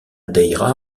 daïra